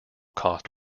cost